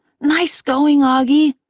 nice going, auggie!